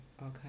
Okay